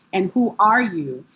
and who are you?